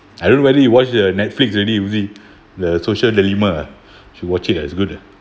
I don't know whether you watch the netflix already huzi the the social dilemma should watch it uh it's good uh